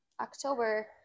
October